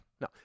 no